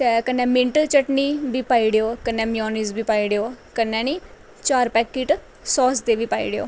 कन्नै मिंट दी चटनी बी पाई औड़ओ मेओनीज बी पाई औड़ेओ कन्नै नी चार पैकिट सास दे बी पाई औड़ेओ